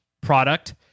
product